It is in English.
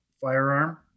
firearm